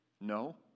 No